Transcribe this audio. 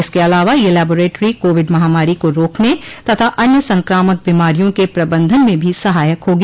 इसके अलावा यह लेबोरेटरी कोविड महामारी को रोकने तथा अन्य संक्रामक बीमारियों के प्रबंधन में भी सहायक होगी